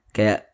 Kaya